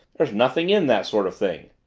there's nothing in that sort of thing.